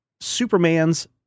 Superman's